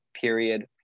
period